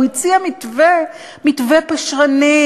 והוא הציע מתווה, מתווה פשרני,